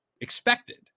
expected